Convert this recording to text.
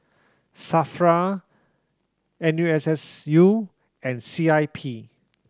SAFRA N U S S U and C I P